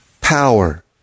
power